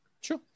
Sure